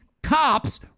Cops